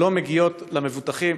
ולא מגיע למבוטחים.